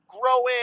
growing